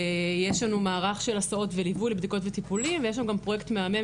יש לנו מערך של הסעות וליווי לבדיקות וטיפולים ויש לנו גם פרויקט מהמם